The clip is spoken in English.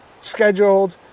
scheduled